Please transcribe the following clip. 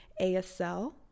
ASL